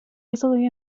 easily